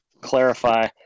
clarify